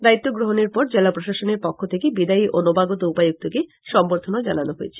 দায়িত্ব গ্রহনের পর জেলা প্রশাসনের পক্ষ থেকে বিদায়ী ও নবাগত উপায়ুক্তকে সংবর্ধনা জানানো হয়েছে